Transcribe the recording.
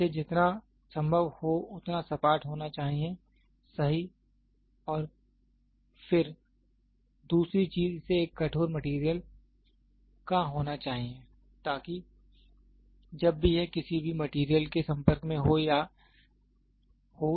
इसे जितना संभव हो उतना सपाट होना चाहिए सही और फिर दूसरी चीज इसे एक कठोर मटेरियल होना चाहिए ताकि जब भी यह किसी भी मटेरियल के संपर्क में हो यह करे